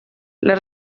les